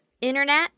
Internet